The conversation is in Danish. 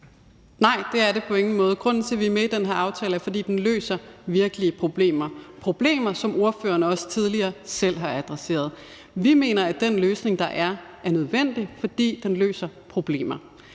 Nej, det er det på ingen måde. Grunden til, at vi er med i den her aftale, er, at den løser virkelige problemer. Det er problemer, som ordføreren også tidligere selv har adresseret. Vi mener, at den løsning, der er, er nødvendig, fordi den løser problemer.